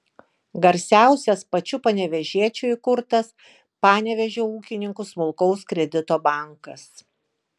garsiausias pačių panevėžiečių įkurtas panevėžio ūkininkų smulkaus kredito bankas